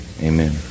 Amen